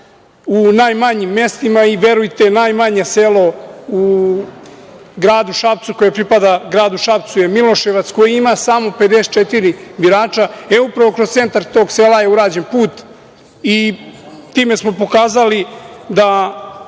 u najmanjim mestima i verujete najmanje selo koje pripada gradu Šapcu je Miloševac, koje ima samo 54 birača, upravo kroz centar tog sela je urađen put i time smo pokazali da